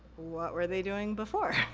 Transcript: what were they doing before?